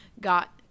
got